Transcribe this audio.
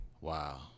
Wow